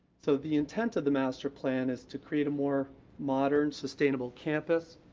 so, the intent of the master plan is to create a more modern sustainable campus